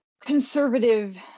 conservative